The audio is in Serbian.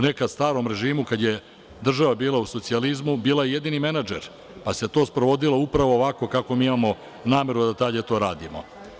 Nekada, u starom režimu, kada je država bila u socijalizmu, bila je jedini menadžer, pa se to sprovodilo upravo ovako kako imamo nameru da dalje to radimo.